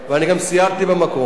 אני גם סיירתי במקום,